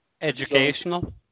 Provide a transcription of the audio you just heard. educational